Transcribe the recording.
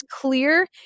clear